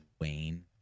wayne